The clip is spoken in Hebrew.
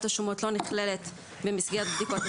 השומות לא נכללת במסגרת בדיקות הסקר.